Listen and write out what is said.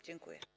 Dziękuję.